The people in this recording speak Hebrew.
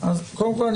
קודם כול,